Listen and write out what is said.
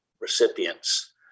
recipients